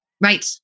right